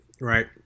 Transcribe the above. right